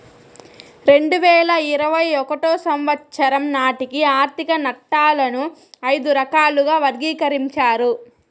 రెండు వేల ఇరవై ఒకటో సంవచ్చరం నాటికి ఆర్థిక నట్టాలను ఐదు రకాలుగా వర్గీకరించారు